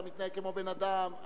אתה מתנהג כמו בן-אדם,